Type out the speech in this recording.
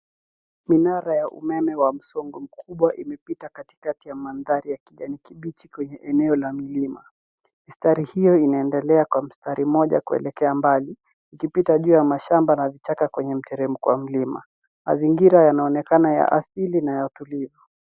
Minara ya umeme wa msongo mkubwa imepita katikati ya mandhari ya kijani kibichi kwenye eneo la milima. Mistari hiyo inaendelea kwa mstari mmoja kuelekea mbali ikipita juu ya mashamba na vichaka kwenye mteremko wa milima. Mazingira yanaonekana ya asili na yenye utulivu.